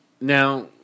Now